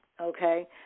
okay